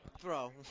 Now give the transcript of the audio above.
throw